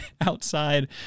outside